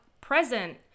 present